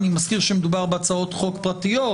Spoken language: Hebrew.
אני מזכיר שמדובר בהצעות חוק פרטיות,